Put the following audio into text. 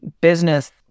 business